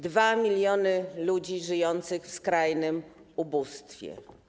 2 mln ludzi żyje w skrajnym ubóstwie.